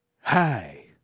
Hi